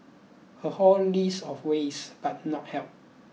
a whole list of ways but not help